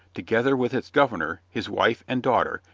together with its governor, his wife, and daughter,